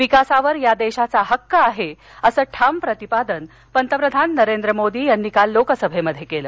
विकासावर या देशाचा हक्क आहे असं ठाम प्रतिपादन पंतप्रधान नरेंद्र मोदी यांनी काल लोकसभेत केलं